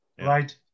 right